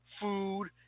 food